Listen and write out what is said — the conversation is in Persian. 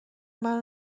منو